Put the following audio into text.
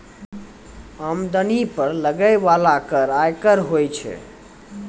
आमदनी पर लगै बाला कर आयकर होय छै